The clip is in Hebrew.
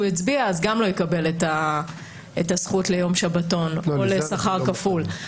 הצביע אז גם לא יקבל את הזכות ליום שבתון או לשכר כפול.